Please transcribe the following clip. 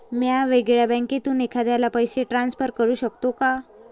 म्या वेगळ्या बँकेतून एखाद्याला पैसे ट्रान्सफर करू शकतो का?